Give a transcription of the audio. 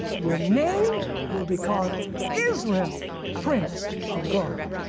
your name will be called israel prince of god.